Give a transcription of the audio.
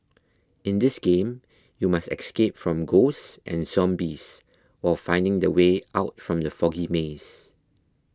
in this game you must escape from ghosts and zombies while finding the way out from the foggy maze